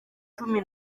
cumi